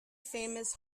famous